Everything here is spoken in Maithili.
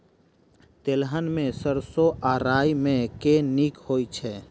तेलहन मे सैरसो आ राई मे केँ नीक होइ छै?